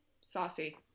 Saucy